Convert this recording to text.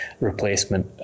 replacement